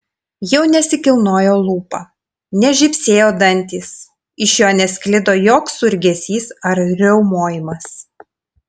jau nesikilnojo lūpa nežybsėjo dantys iš jo nesklido joks urzgesys ar riaumojimas